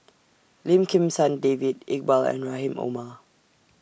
Lim Kim San David Iqbal and Rahim Omar